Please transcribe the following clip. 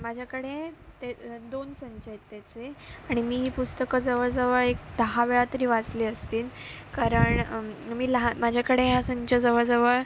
माझ्याकडे ते दोन संच आहेत त्याचे आणि मी ही पुस्तकं जवळजवळ एक दहा वेळा तरी वाचली असतील कारण मी लहान माझ्याकडे हा संच जवळजवळ